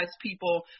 people